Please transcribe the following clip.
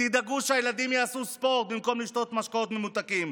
תדאגו שהילדים יעשו ספורט במקום לשתות משקאות ממותקים,